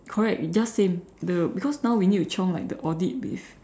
correct just same the because now we need to chiong like the audit with